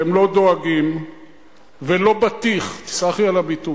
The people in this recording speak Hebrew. אתם לא דואגים ולא בטיח, תסלח לי על הביטוי.